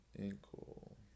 ankle